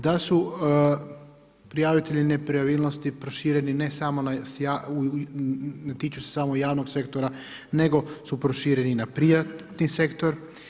Da su prijavitelji nepravilnosti prošireni, ne samo, ne tiču se samo javnog sektora, nego su prošireni i na privatni sektor.